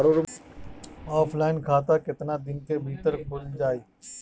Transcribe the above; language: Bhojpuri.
ऑफलाइन खाता केतना दिन के भीतर खुल जाई?